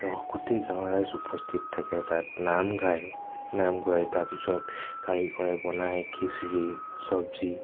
গোটেই গাঁৱৰ ৰাইজ উপস্থিত থাকে তাত নাম গাই নাম গোৱাই তাৰপিছত কাৰিকৰে বনাই খিচিৰী চব্জি